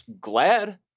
glad